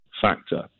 factor